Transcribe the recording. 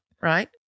Right